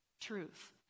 Truth